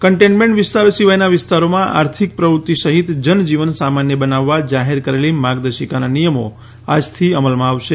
containment વિસ્તારો સિવાયના વિસ્તારોમાં આર્થિક પ્રવૃત્તિ સહિત જનજીવન સામાન્ય બનાવવા જાહેર કરેલી માર્ગદર્શિકાના નિયમો આજથી અમલમાં આવશે